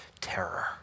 terror